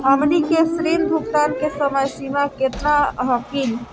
हमनी के ऋण भुगतान के समय सीमा केतना हखिन?